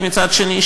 מצד שני,